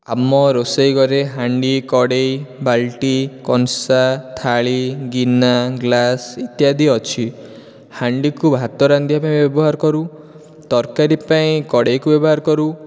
ଆମ ରୋଷେଇ ଘରେ ହାଣ୍ଡି କଡ଼େଇ ବାଲ୍ଟି କଂସା ଥାଳି ଗିନା ଗ୍ଲାସ୍ ଇତ୍ୟାଦି ଅଛି ହାଣ୍ଡିକୁ ଭାତ ରାନ୍ଧିବା ପାଇଁ ବ୍ୟବହାର କରୁ ତରକାରୀ ପାଇଁ କଡ଼େଇକୁ ବ୍ୟବହାର କରୁ